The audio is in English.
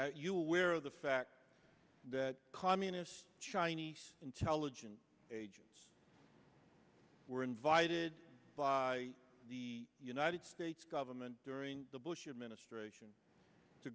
d you aware of the fact that communist chinese intelligence agents were invited by the united states government during the bush administration to